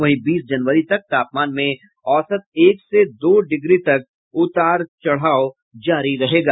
वहीं बीस जनवरी तक तापमान में औसत एक से दो डिग्री तक उतार चढ़ाव जारी रहेगा